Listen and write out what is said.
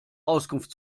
auskunft